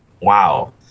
wow